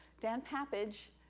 dan papage,